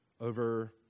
over